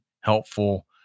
helpful